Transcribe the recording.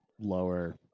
lower